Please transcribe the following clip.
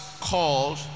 called